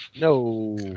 No